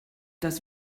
das